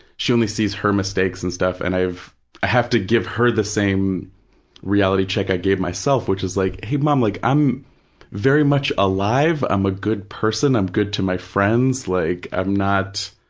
she only sees her mistakes and stuff, and i've, i have to give her the same reality check i gave myself, which is like, hey, mom, like i'm very much alive, i'm a good person, i'm good to my friends. like i'm not,